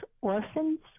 orphans